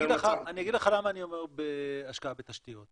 אני אגיד לך למה אני אומר השקעה בתשתיות.